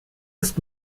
ist